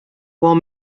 while